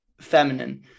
feminine